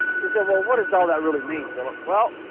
so said, well, what does all that really mean, phillip? well,